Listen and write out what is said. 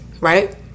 right